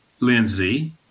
Lindsay